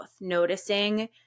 noticing